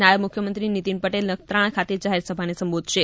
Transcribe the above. નાયબ મુખ્યમંત્રી નીતીન પટેલ નખત્રાણા ખાતે જાહેરસભાને સંબોધશે